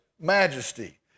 majesty